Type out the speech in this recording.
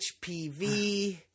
HPV